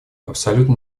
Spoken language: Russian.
абсолютно